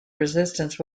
resistance